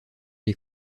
les